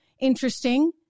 Interesting